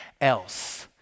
else